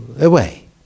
away